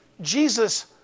Jesus